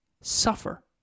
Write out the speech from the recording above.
Suffer